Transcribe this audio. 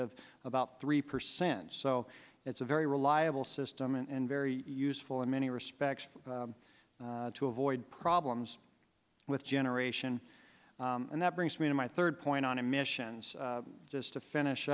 of about three percent so it's a very reliable system and very useful in many respects to avoid problems with generation and that brings me to my third point on emissions just to finish